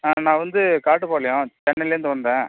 நான் வந்து காட்டுப்பாளையம் சென்னையிலேருந்து வந்தேன்